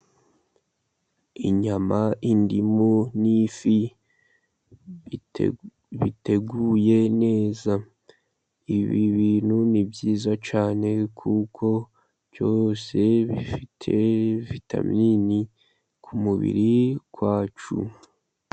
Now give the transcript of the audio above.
Inyama, indimu n'ifi biteguye neza. Ibi bintu ni byiza cyane, kuko byose bifite vitamini ku mubiri wacu.